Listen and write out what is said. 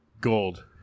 gold